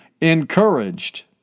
encouraged